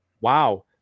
Wow